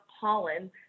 pollen